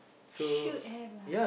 should have lah